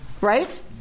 Right